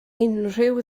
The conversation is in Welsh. unrhyw